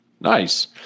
Nice